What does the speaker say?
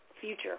future